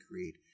create